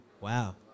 Wow